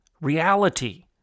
Reality